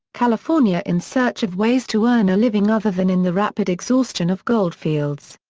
california in search of ways to earn a living other than in the rapid exhaustion of gold fields.